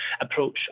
approach